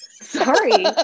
sorry